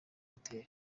hotel